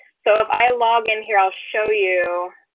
so if i log in here, i'll show you